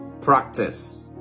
Practice